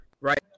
right